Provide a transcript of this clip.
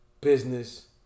business